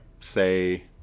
say